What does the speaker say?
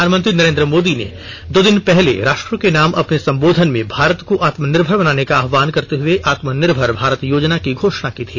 प्रधानमंत्री नरेन्द्र मोदी ने दो दिन पहले राष्ट्र के नाम अपने संबोधन में भारत को आत्मनिर्भर बनाने का आह्वान करते हुए आत्मनिर्भर भारत योजना की घोषणा की थी